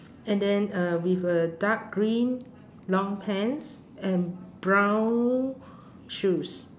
and then uh with a dark green long pants and brown shoes